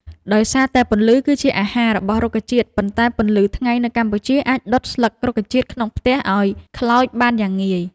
ដោយសារតែពន្លឺគឺជា អាហារ របស់រុក្ខជាតិ ប៉ុន្តែពន្លឺថ្ងៃនៅកម្ពុជាអាច ដុត ស្លឹករុក្ខជាតិក្នុងផ្ទះឱ្យខ្លោចបានយ៉ាងងាយ។